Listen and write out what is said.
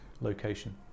location